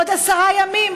עוד עשרה ימים?